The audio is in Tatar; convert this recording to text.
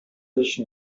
өчен